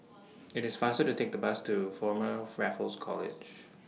IT IS faster to Take The Bus to Former Raffles College